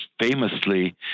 Famously